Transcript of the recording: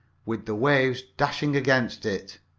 with the waves dashing against it.